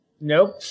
Nope